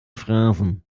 phrasen